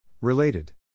Related